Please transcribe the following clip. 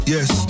Yes